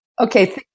okay